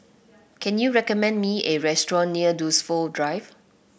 can you recommend me a restaurant near Dunsfold Drive